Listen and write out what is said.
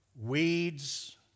Weeds